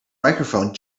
microphone